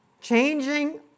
changing